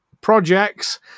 projects